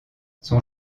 son